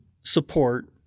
support